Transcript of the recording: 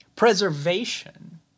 preservation